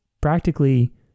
practically